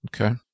Okay